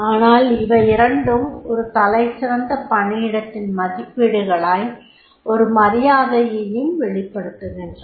ஆனால் இவையிரண்டும் ஒரு தலைசிறந்த பணியிடத்தின் மதிப்பீடுகளாய் ஒரு மரியாதையையும் வெளிப்படுத்துகின்றன